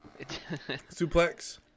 suplex